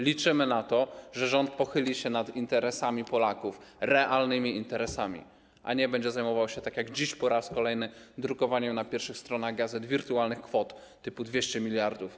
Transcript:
Liczymy na to, że rząd pochyli się nad interesami Polaków, realnymi interesami, a nie będzie zajmował się, tak jak dziś, po raz kolejny drukowaniem na pierwszych stronach gazet wirtualnych kwot typu 200 mld.